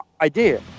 idea